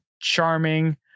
charming